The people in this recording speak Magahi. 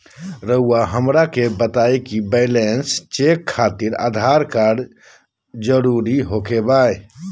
रउआ हमरा के बताए कि बैलेंस चेक खातिर आधार कार्ड जरूर ओके बाय?